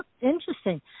interesting